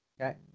Okay